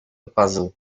puzzle